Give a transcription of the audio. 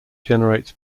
generates